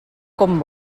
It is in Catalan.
com